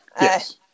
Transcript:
Yes